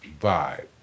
vibe